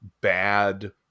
bad